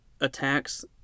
attacks